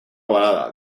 ovalada